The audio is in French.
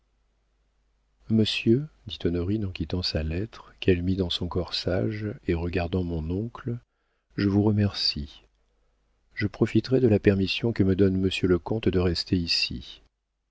monsieur dit honorine en quittant sa lettre qu'elle mit dans son corsage et regardant mon oncle je vous remercie je profiterai de la permission que me donne monsieur le comte de rester ici